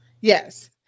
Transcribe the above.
Yes